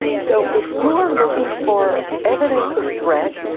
so if you are looking for evidence of threat,